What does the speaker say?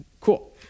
Cool